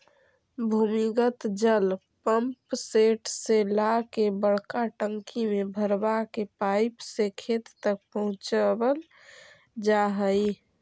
भूमिगत जल पम्पसेट से ला के बड़का टंकी में भरवा के पाइप से खेत तक पहुचवल जा हई